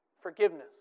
Forgiveness